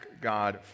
God